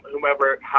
whomever